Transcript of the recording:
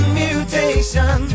mutation